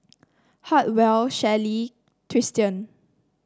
Hartwell Shelly Tristian